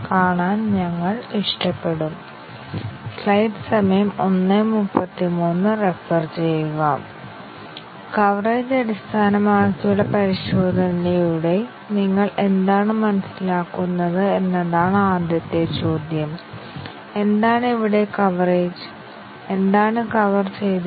path കവറേജിന്റെ definition പ്രോഗ്രാമിലെ എല്ലാ ലീനിയർലി ഇന്ഡീപെൻഡെന്റ് പാതകൾ പ്രോഗ്രാം അനുസരിച്ച് നിർവ്വഹിക്കപ്പെടുന്നു പ്രോഗ്രാം എന്നത് ഒരു യൂണിറ്റ് ആണ് യൂണിറ്റ് എന്നത് ഇവിടെ ഒരു ഫംഗ്ഷൻ ആണ്